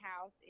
house